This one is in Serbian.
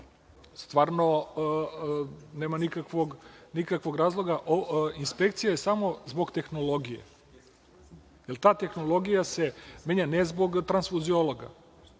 stvarno nema nikakvog razloga, inspekcija je samo zbog tehnologije, jer ta tehnologija se menja, ne zbog transfuziologa